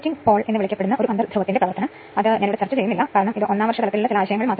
5 KVAയ്ക്ക് 100 KVAയുടെ തോതു നിശ്ഛയിച്ച ഫലം ഉണ്ട്